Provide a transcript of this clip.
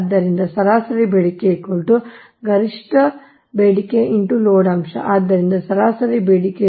ಆದ್ದರಿಂದ ಸರಾಸರಿ ಬೇಡಿಕೆ ಗರಿಷ್ಠ ಬೇಡಿಕೆ ಲೋಡ್ ಅಂಶ ಆದ್ದರಿಂದ ಸರಾಸರಿ ಬೇಡಿಕೆ 900